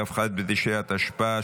כ"ח בתשרי התשפ"ה,